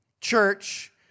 church